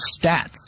stats